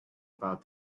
about